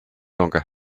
longer